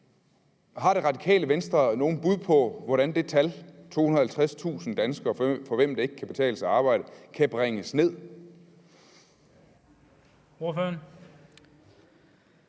Har Det Radikale Venstre nogen bud på, hvordan det tal – altså at der er 250.000 danskere, for hvem det ikke kan betale sig at arbejde – kan bringes ned?